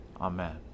Amen